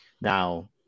now